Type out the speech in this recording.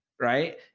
right